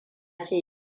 ce